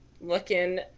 looking